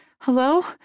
Hello